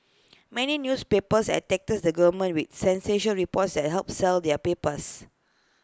many newspapers attack this the government with sensational reports that help sell their papers